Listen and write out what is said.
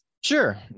Sure